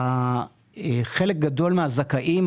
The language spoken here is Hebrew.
חלק גדול מהזכאים,